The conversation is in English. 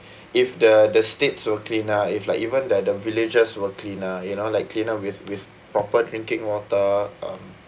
if the the states were cleaner if like even the the villagers were cleaner you know like cleaner with with proper drinking water um